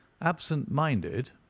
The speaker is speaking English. absent-minded